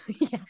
Yes